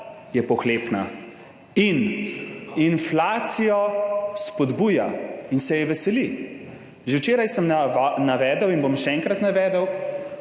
je pohlepna in inflacijo spodbuja in se je veseli. Že včeraj sem navedel in bom še enkrat navedel,